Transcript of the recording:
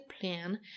plan